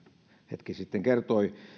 hetki sitten kertoi